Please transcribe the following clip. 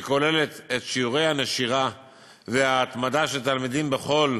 שכוללת את שיעורי הנשירה וההתמדה של תלמידים בכל